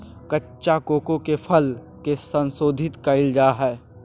कच्चा कोको के फल के संशोधित कइल जा हइ